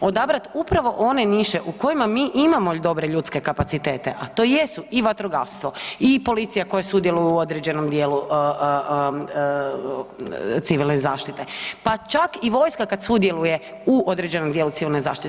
odabrati upravo one niše u kojima mi imamo dobre ljudske kapacitete, a to jesu i vatrogastvo i policija koja sudjeluje u određenom dijelu civilne zaštite, pa čak i vojska kad sudjeluje u određenom dijelu civilne zaštite.